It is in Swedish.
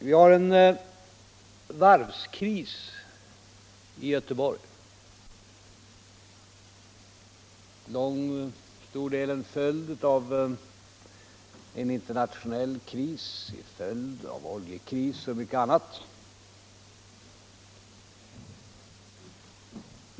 Vi har en varvskris i Göteborg, som till stor del är en följd av en internationell kris, bl.a. en oljekris.